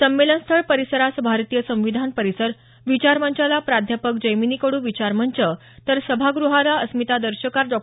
संमेलन स्थळ परिसरास भारतीय संविधान परिसर विचारमंचाला प्राध्यापक जैमिनी कडू विचारमंच तर सभागृहाला अस्मितादर्शकार डॉ